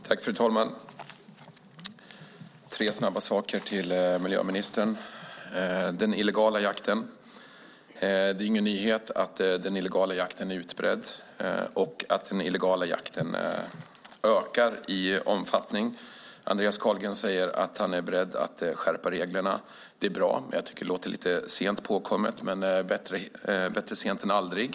Fru talman! Jag vill säga tre snabba saker till miljöministern. Det är ingen nyhet att den illegala jakten är utbredd och att den ökar i omfattning. Andreas Carlgren säger att han är beredd att skärpa reglerna. Det är bra. Jag tycker att det låter lite sent påkommet, men bättre sent än aldrig.